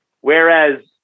Whereas